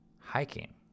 hiking